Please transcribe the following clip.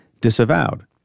disavowed